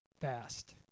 fast